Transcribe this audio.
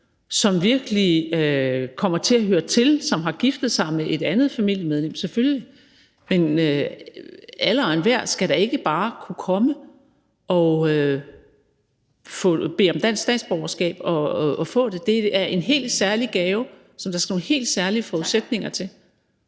som virkelig kommer til at høre til, som har giftet sig med et andet familiemedlem, selvfølgelig, men alle og enhver skal da ikke bare kunne komme og bede om dansk statsborgerskab og få det. Det er en helt særlig gave, som der skal nogle helt særlige forudsætninger til.